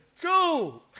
go